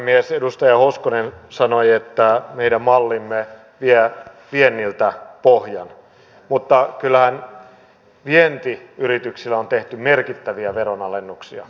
edustaja hoskonen sanoi että meidän mallimme vie vienniltä pohjan mutta kyllähän vientiyrityksille on tehty merkittäviä veronalennuksia